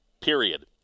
period